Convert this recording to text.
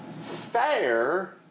fair